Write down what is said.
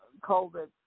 COVID